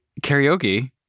karaoke